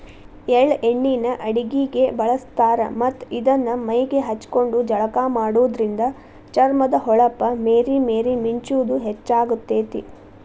ಎಳ್ಳ ಎಣ್ಣಿನ ಅಡಗಿಗೆ ಬಳಸ್ತಾರ ಮತ್ತ್ ಇದನ್ನ ಮೈಗೆ ಹಚ್ಕೊಂಡು ಜಳಕ ಮಾಡೋದ್ರಿಂದ ಚರ್ಮದ ಹೊಳಪ ಮೇರಿ ಮೇರಿ ಮಿಂಚುದ ಹೆಚ್ಚಾಗ್ತೇತಿ